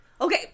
Okay